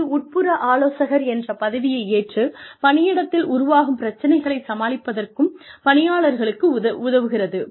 இது உட்புற ஆலோசகர் என்ற பதவியை ஏற்று பணியிடத்தில் உருவாகும் பிரச்சினைகளைச் சமாளிப்பதற்கும் பணியாளர்களுக்கு உதவுகிறது